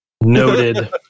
noted